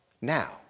now